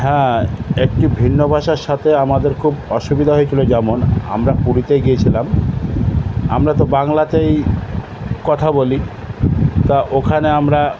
হ্যাঁ একটি ভিন্ন ভাষার সাথে আমাদের খুব অসুবিধা হয়েছিল যেমন আমরা পুরীতে গিয়েছিলাম আমরা তো বাংলাতেই কথা বলি তা ওখানে আমরা